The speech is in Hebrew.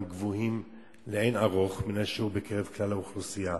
גבוהים לאין ערוך מן השיעור בקרב כלל האוכלוסייה.